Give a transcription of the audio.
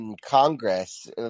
Congress